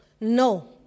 No